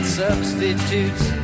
substitutes